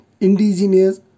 indigenous